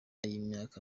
y’imyaka